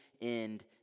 end